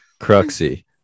Cruxy